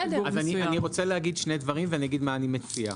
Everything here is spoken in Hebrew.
אגיד שני דברים, ואגיד מה אני מציע,